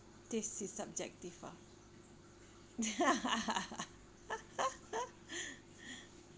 this is subjective ah